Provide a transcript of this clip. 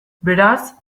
beraz